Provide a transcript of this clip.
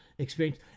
Experience